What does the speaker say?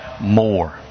more